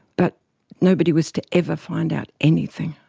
but nobody was to ever find out anything,